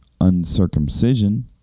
uncircumcision